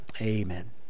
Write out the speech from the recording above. Amen